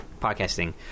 podcasting